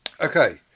Okay